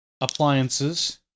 appliances